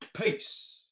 Peace